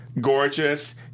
gorgeous